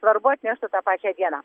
svarbu atneštų tą pačią dieną